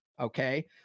Okay